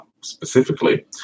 specifically